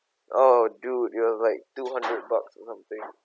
oh dude you have like two hundred bucks or something